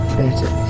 better